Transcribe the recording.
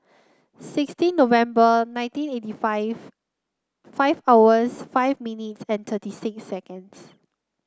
sixteen November nineteen eighty five five hours five minutes and thirty six seconds